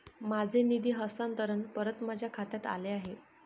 माझे निधी हस्तांतरण परत माझ्या खात्यात आले आहे